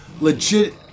legit